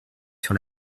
sur